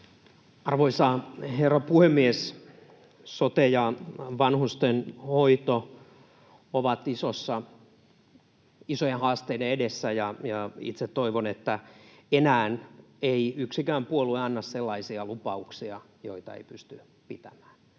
Arvoisa herra puhemies! Sote ja vanhusten hoito ovat isojen haasteiden edessä, ja itse toivon, että enää ei yksikään puolue anna sellaisia lupauksia, joita ei pysty pitämään.